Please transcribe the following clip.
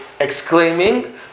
exclaiming